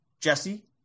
Jesse